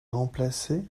remplacé